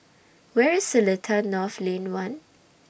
Where IS Seletar North Lane one